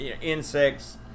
insects